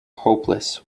hopeless